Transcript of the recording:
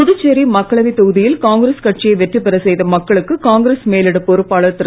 புதுச்சேரி மக்களவைத் தொகுதியில் காங்கிரஸ் கட்சியை வெற்றி பெற செய்த மக்களுக்கு காங்கிரஸ் மேலிட பொறுப்பாளர் திரு